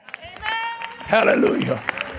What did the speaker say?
Hallelujah